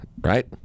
right